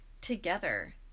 together